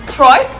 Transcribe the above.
Troy